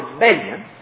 rebellion